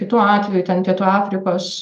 kitu atveju ten pietų afrikos